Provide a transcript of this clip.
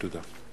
תודה.